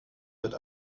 wird